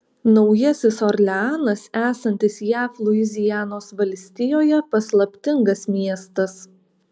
naujasis orleanas esantis jav luizianos valstijoje paslaptingas miestas